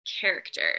character